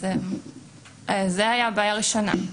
זו הייתה הבעיה הראשונה.